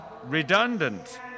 redundant